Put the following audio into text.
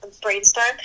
Brainstorm